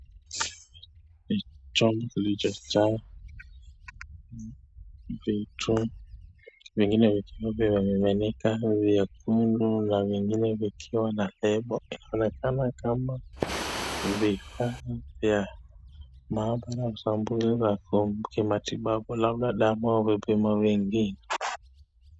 Ni chombo kilichojaa vitu. Vingine vikiwa vimemiminika vyekundu na vingine vikiwa na nembo. Vinaonekana kama vifaa vya maabara za sampuli za kimatibabu, labda damu au vipimo vingine.